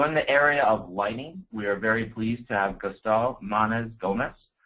um the area of lighting, we are very pleased to have gustau maoez gomis,